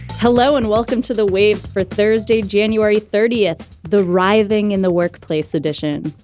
hello and welcome to the waves for thursday, january thirtieth, the writhing in the workplace edition.